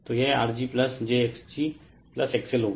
तो यह R g j x g XL होगा